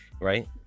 Right